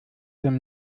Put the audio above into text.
dem